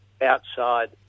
outside